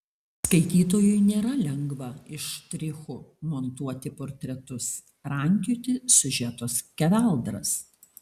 skaitytojui nėra lengva iš štrichų montuoti portretus rankioti siužeto skeveldras